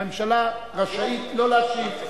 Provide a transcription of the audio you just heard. הממשלה רשאית לא להשיב,